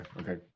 okay